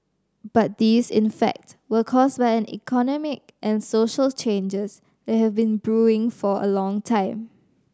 but these in fact were caused by an economic and social changes that have been brewing for a long time